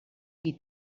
qui